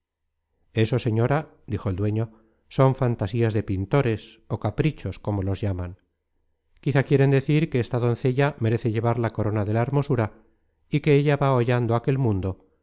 eso señora dijo el dueño son fantasías de pintores ó caprichos como los llaman quizá quieren decir que esta doncella merece llevar la corona de la hermosura y que ella va hollando aquel mundo